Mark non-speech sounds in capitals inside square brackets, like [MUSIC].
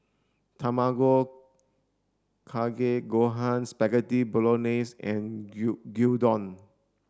Tamago Kake Gohan Spaghetti Bolognese and [UNINTELLIGIBLE] Gyudon